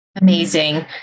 Amazing